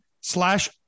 slash